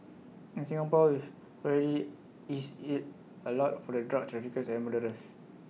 in Singapore we've already eased IT A lot for the drug traffickers and murderers